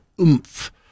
oomph